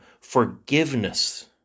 forgiveness